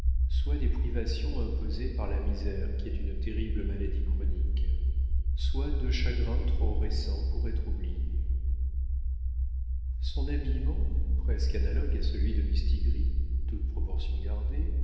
soit des privations imposées par la misère qui est une terrible maladie chronique soit de chagrins trop récents pour être oubliés son habillement presque analogue à celui de mistigris toute proportion gardée